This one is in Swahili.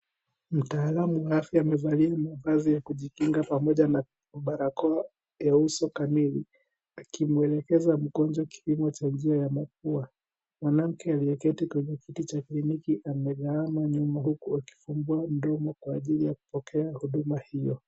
Mtaalam wa afya amevalia mavazi ya kujikinga pamoja na barakoa ya uso kamili. Akimwelekeza mgonjwa kipimo cha ugonjwa wa mapua. Mwanamke ameketi kwenye kiti cha kliniki na amelala nyuma, huku akifungua mdomo kwa ajili ya kupokea huduma hiyo.